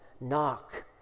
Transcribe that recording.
Knock